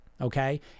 Okay